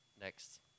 next